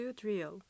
Drill